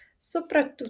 Soprattutto